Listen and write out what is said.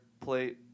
plate